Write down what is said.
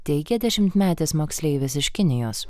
teigia dešimtmetis moksleivis iš kinijos